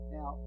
Now